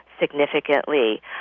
significantly